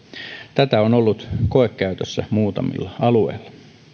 tätä on ollut koekäytössä muutamilla alueilla